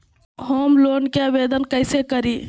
Home loan के आवेदन कैसे करि?